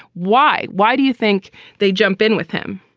why? why do you think they jump in with him?